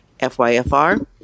FYFR